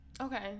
Okay